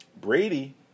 Brady